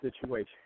situation